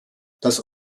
das